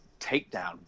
takedown